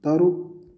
ꯇꯔꯨꯛ